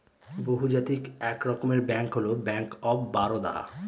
বহুজাতিক এক রকমের ব্যাঙ্ক হল ব্যাঙ্ক অফ বারদা